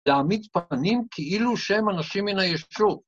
להעמיד פנים כאילו שהם אנשים מן היישוב.